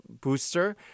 booster